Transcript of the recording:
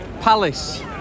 Palace